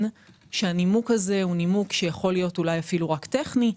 שהנימוק הזה יכול להיות אפילו רק טכני,